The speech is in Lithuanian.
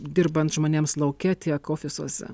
dirbant žmonėms lauke tiek ofisuose